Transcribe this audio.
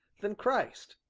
than christ?